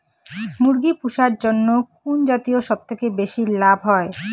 মুরগি পুষার জন্য কুন জাতীয় সবথেকে বেশি লাভ হয়?